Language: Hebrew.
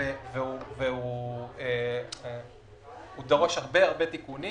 והוא דורש הרבה תיקונים